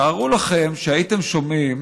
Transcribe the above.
תארו לכם שהייתם שומעים